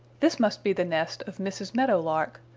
this must be the nest of mrs. meadow lark.